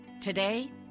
Today